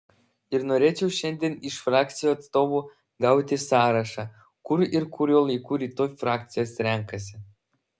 ir norėčiau šiandien iš frakcijų atstovų gauti sąrašą kur ir kuriuo laiku rytoj frakcijos renkasi